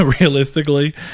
realistically